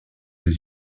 des